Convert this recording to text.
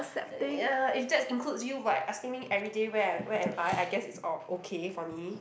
ya if that's includes you by asking me every day where I where am I I guess it's oh okay for me